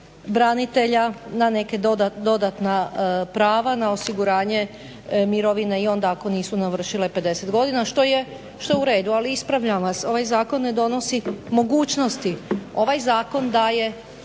na neka dodatna prava, na osiguranje mirovine i onda ako nisu navršile i 50 godina što je u redu. Ali ispravljam vas, ovaj zakon ne donosi mogućnosti, ovaj zakon daje